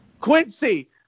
Quincy